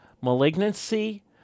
Malignancy